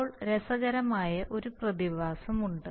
ഇപ്പോൾ രസകരമായ ഒരു പ്രതിഭാസമുണ്ട്